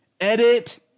edit